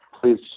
please